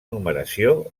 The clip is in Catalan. numeració